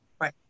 Right